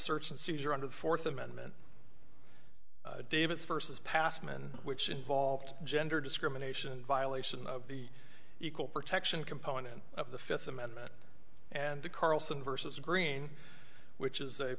search and seizure under the fourth amendment davis versus passman which involved gender discrimination violation of the equal protection component of the fifth amendment and the carlson versus green which is a